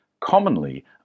Commonly